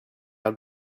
our